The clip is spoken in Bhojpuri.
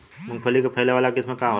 मूँगफली के फैले वाला किस्म का होला?